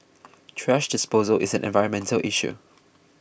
thrash disposal is an environmental issue